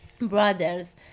brothers